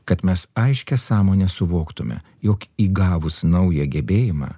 kad mes aiškia sąmone suvoktume jog įgavus naują gebėjimą